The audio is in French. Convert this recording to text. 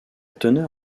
teneur